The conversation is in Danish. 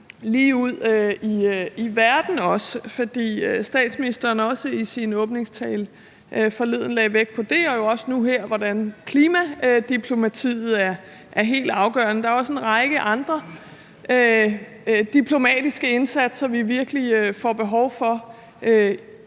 lige ud i verden også, fordi statsministeren også i sin åbningstale forleden lagde vægt på det og jo også nu her, altså hvordan klimadiplomatiet er helt afgørende. Der er også en række andre diplomatiske indsatser, vi virkelig får behov for